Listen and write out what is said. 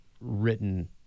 written